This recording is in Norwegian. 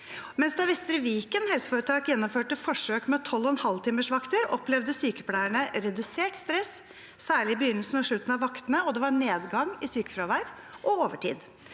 2022. Da Vestre Viken helseforetak gjennomførte forsøk med 12,5-timers vakter, opplevde sykepleierne redusert stress, særlig i begynnelsen og slutten av vaktene, og det var nedgang i sykefravær og i